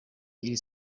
iri